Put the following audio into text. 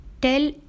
tell